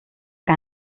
que